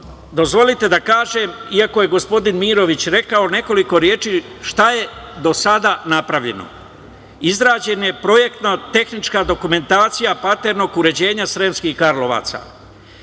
dozvolite da kažem, iako je gospodin Mirović rekao nekoliko reči, šta je do sada napravljeno. Izrađena je projektno-tehnička dokumentacija parternog uređenja Sremskih Karlovaca,